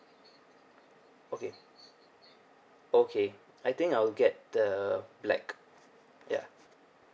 okay okay I think I'll get the black ya